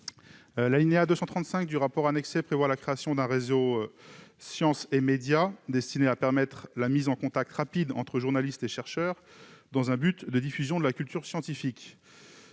L'alinéa 235 du rapport annexé prévoit la création d'un réseau « Science et médias », destiné à « permettre la mise en contact rapide entre journalistes et chercheurs » dans un but de diffusion de la culture scientifique.